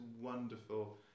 wonderful